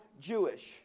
Jewish